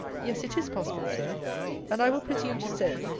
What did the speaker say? yes, it is possible, sir and, i will presume to say,